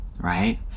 right